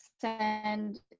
send